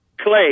clay